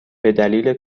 بدلیل